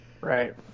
Right